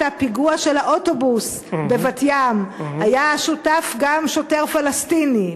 הפיגוע באוטובוס בבת-ים היה שותף גם שוטר פלסטיני,